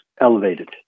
elevated